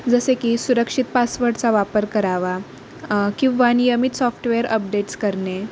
जसे की सुरक्षित पासवर्डचा वापर करावा किंवा नियमित सॉफ्टवेअर अपडेट्स करणे